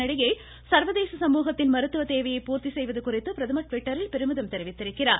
இதனிடையே சர்வதேச சமூகத்தின் மருத்துவ தேவையை பூர்த்தி செய்வது குறித்து பிரதமர் ட்விட்டரில் பெருமிதம் வெளியிட்டிருக்கிறார்